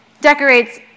decorates